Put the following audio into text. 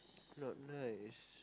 not nice